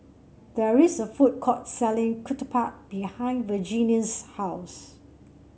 there is a food court selling Ketupat behind Virginia's house